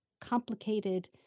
complicated